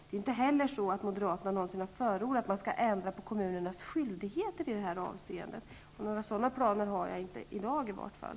Det är inte heller så att moderaterna någonsin har förordat att man skall ändra på kommunernas skyldigheter i detta avseende. Några sådana planer har jag inte i dag i vart fall.